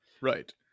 Right